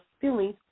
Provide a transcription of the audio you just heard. feelings